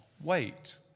wait